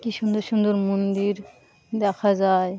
কী সুন্দর সুন্দর মন্দির দেখা যায়